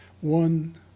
one